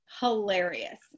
hilarious